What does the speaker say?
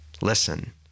listen